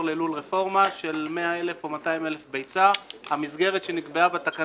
ללול רפורמה של 100,000 או 200,000 ביצה.